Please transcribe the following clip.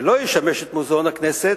שלא ישמש את מוזיאון הכנסת,